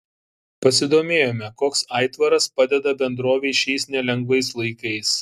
pasidomėjome koks aitvaras padeda bendrovei šiais nelengvais laikais